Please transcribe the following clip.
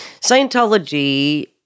Scientology